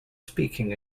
speaking